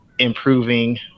Improving